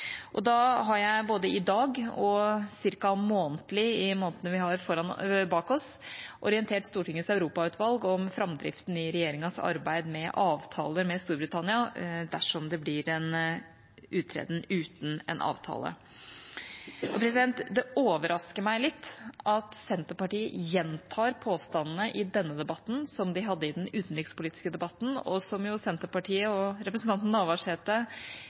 har både i dag og ca. månedlig i månedene vi har bak oss, orientert Stortingets europautvalg om framdriften i regjeringas arbeid med avtaler med Storbritannia dersom det blir en uttreden uten en avtale. Det overrasker meg litt at Senterpartiet i denne debatten gjentar påstandene som de hadde i den utenrikspolitiske debatten. Senterpartiet og representanten Navarsete deltok på møtet i Europautvalget tidlig i morges og